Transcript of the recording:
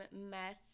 Meth